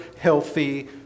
healthy